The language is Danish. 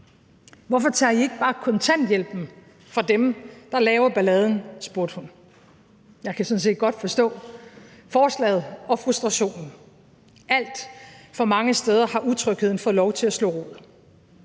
Hvorfor tager I ikke bare kontanthjælpen fra dem, der laver balladen? spurgte hun. Jeg kan sådan set godt forstå forslaget og frustrationen. Alt for mange steder har utrygheden fået lov til at slå rod.